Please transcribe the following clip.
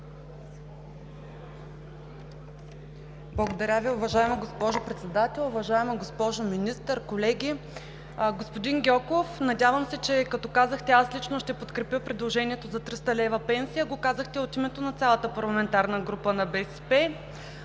Благодаря Ви. Уважаема госпожо Председател, уважаема госпожо Министър, колеги! Господин Гьоков, надявам се, че като казахте: „Аз лично ще подкрепя предложението за 300 лв. пенсия.“, го казахте от името на цялата парламентарна група на БСП.